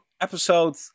episode